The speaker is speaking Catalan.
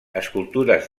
escultures